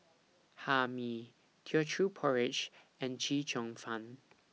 Hae Mee Teochew Porridge and Chee Cheong Fun